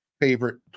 favorite